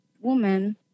woman